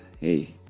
hey